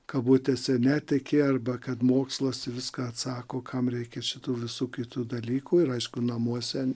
kabutėse netiki arba kad mokslas į viską atsako kam reikia čia tų visų kitų dalykų ir aišku namuose